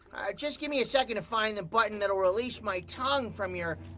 just give me a second to find the button that will release my tongue from your.